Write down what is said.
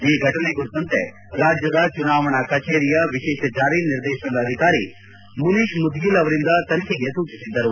ಈ ಘಟನೆ ಕುರಿತಂತೆ ರಾಜ್ಯದ ಚುನಾವಣಾ ಕಚೇರಿಯ ವಿಶೇಷ ಜಾರಿ ನಿರ್ದೇಶನ ಅಧಿಕಾರಿ ಮುನೀಶ್ಮುದ್ಗಲ್ ಅವರಿಂದ ತನಿಖೆಗೆ ಸೂಚಿಸಿದ್ದರು